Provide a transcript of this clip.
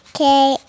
Okay